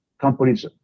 companies